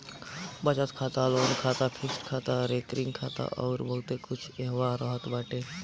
बचत खाता, लोन खाता, फिक्स्ड खाता, रेकरिंग खाता अउर बहुते कुछ एहवा रहत बाटे